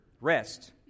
rest